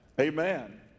Amen